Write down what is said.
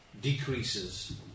Decreases